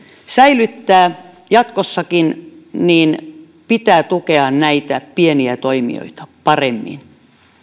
säilyttää jatkossakin niin pitää tukea näitä pieniä toimijoita paremmin